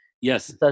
yes